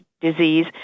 disease